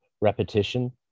repetition